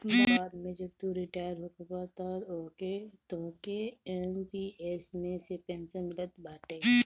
बाद में जब तू रिटायर होखबअ तअ तोहके एम.पी.एस मे से पेंशन मिलत बाटे